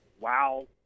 Wow